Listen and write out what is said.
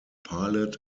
pilot